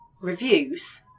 reviews